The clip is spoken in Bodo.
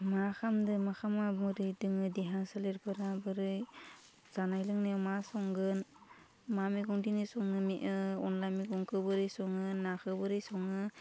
मा खालामदों मा खालामा बोरै दङ देहा सोलेरफोरा बोरै जानाय लोंनायाव मा संगोन मा मैगं दिनै संनानै अनला मैगंखौ बोरै सङो नाखौ बोरै सङो